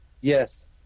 Yes